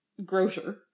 Grocer